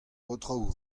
aotrou